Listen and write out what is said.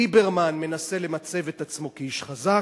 ליברמן מנסה למצב את עצמו כאיש חזק,